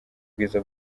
bwiza